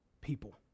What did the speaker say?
people